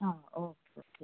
ആ okay okay okay